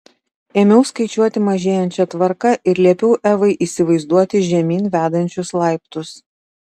ėmiau skaičiuoti mažėjančia tvarka ir liepiau evai įsivaizduoti žemyn vedančius laiptus